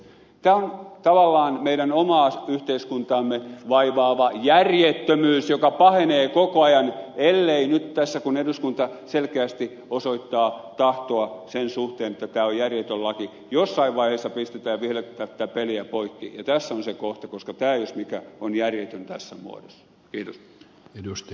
tämä on tavallaan meidän omaa yhteiskuntaamme vaivaava järjettömyys joka pahenee koko ajan ellei nyt tässä kun eduskunta selkeästi osoittaa tahtoa sen suhteen että tämä on järjetön laki jossain vaiheessa pistetä ja vihelletä tätä peliä poikki ja tässä on se kohta koska tämä jos mikä on järjetön tässä muodossa